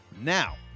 Now